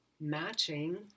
matching